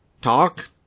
talk